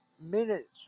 minutes